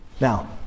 Now